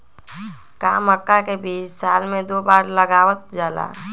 का मक्का के बीज साल में दो बार लगावल जला?